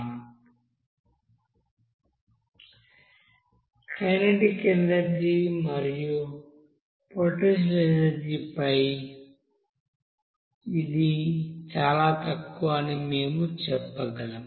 నుండి kinetic energy మరియు potential energy పై చాలా తక్కువ అని మేము చెప్పగలం